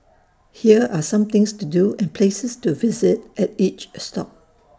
here are some things to do and places to visit at each stop